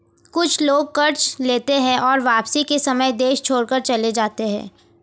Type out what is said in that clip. कुछ लोग कर्ज लेते हैं और वापसी के समय देश छोड़कर चले जाते हैं